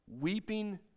weeping